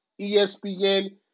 ESPN